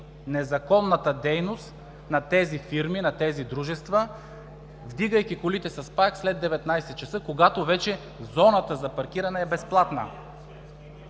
незаконната дейност на тези фирми, на тези дружества, вдигайки колите с паяк след 19,00 часа, когато вече зоната за паркиране е безплатна.